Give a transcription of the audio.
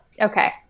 okay